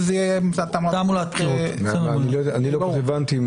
אני לא כל-כך הבנתי.